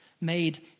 made